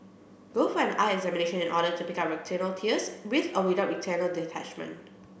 go for an eye examination in order to pick up retinal tears with or without retinal detachment